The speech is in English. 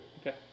Okay